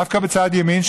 דווקא בצד ימין,